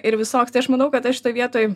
ir visoks tai aš manau kad aš šitoj vietoj